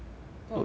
cause of G_P